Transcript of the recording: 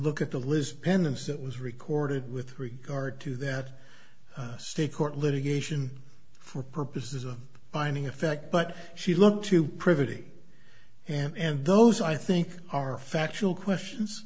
look at the list penance that was recorded with regard to that state court litigation for purposes of finding effect but she looked to pretty and those i think are factual questions